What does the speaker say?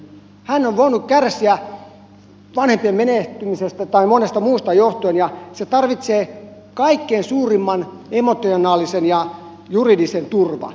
hän on voinut kärsiä vanhempien menehtymisestä tai monesta muusta johtuen ja hän tarvitsee kaikkein suurimman emotionaalisen ja juridisen turvan